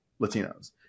Latinos